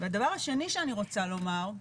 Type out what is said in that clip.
והדבר השני, שאני רוצה לומר,